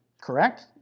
Correct